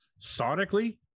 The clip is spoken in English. sonically